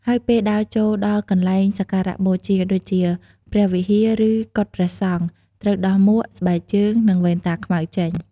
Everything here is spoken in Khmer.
ហើយពេលដើរចូលដល់កន្លែងសក្ការបូជា ដូចជាព្រះវិហារ ឬកុដិព្រះសង្ឃ ត្រូវដោះមួក ស្បែកជើង និងវ៉ែនតាខ្មៅចេញ។